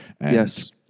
Yes